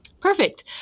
Perfect